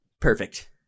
perfect